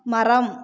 மரம்